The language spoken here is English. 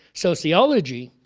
sociology,